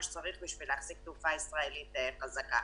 שצריך כדי להחזיק תעופה ישראלית חזקה.